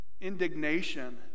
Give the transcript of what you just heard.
indignation